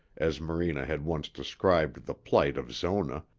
as morena had once described the plight of zona,